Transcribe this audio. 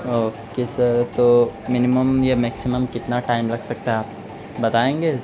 okay sir تو minimum یا maximum کتنا ٹائم لگ سکتا ہے آپ بتائیں گے